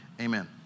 amen